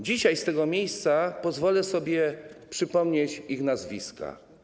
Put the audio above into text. Dzisiaj z tego miejsca pozwolę sobie przypomnieć ich nazwiska.